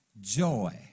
joy